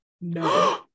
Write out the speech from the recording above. No